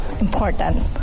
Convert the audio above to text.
important